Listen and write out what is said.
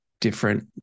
different